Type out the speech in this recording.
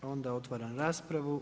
Onda otvaram raspravu.